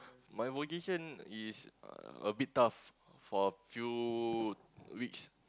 my vocation is a bit tough for a few weeks